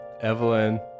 Evelyn